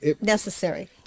necessary